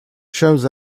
shows